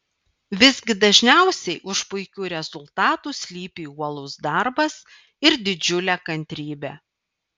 visgi dažniausiai už puikių rezultatų slypi uolus darbas ir didžiulė kantrybė